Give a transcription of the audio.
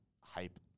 hype